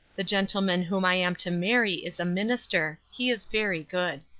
the gentleman whom i am to marry is a minister. he is very good.